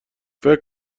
فکر